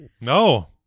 No